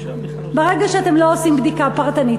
ברגע שאתם לא עושים בדיקה פרטנית,